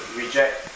reject